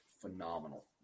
phenomenal